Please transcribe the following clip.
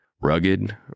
Rugged